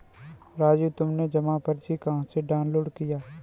राजू तुमने जमा पर्ची कहां से डाउनलोड किया?